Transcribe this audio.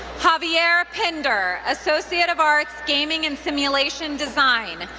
javier pinder, associate of arts, gaming and simulation design,